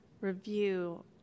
review